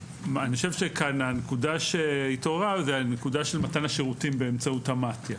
הנקודה שהתעוררה היא מתן השירותים באמצעות המתי"א.